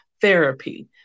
therapy